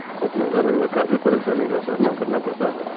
پٹنہ جانے میں کافی پریشانی کا سامنا کرنا پڑتا ہے